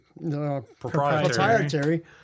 proprietary